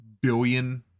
billion